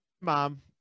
mom